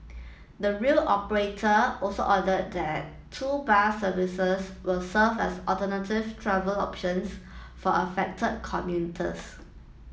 the rail operator also added that two bus services will serve as alternative travel options for affected commuters